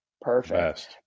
perfect